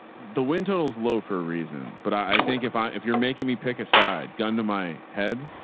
the window's low for a reason, but i think if i, if you're making me pick a side gun to my head,